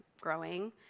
growing